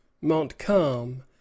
Montcalm